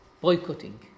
boycotting